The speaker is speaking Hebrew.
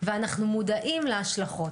ואנחנו מודעים להשלכות.